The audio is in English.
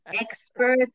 expert